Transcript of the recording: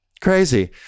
crazy